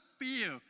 fear